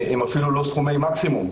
הם אפילו לא סכומי מקסימום.